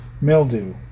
mildew